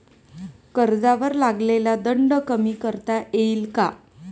कर्जावर लागलेला दंड कमी करता येईल का?